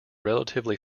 relatively